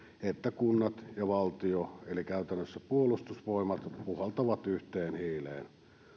että kunnat ja valtio eli käytännössä puolustusvoimat puhaltavat yhteen hiileen